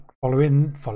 following